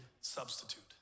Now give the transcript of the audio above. substitute